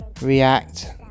react